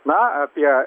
na apie